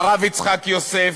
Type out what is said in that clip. הרב יצחק יוסף,